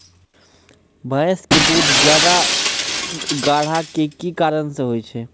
भैंस के दूध ज्यादा गाढ़ा के कि कारण से होय छै?